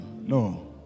No